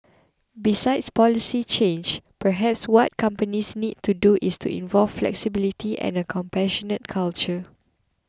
besides policy change perhaps what companies need to do is to develop flexibility and a compassionate culture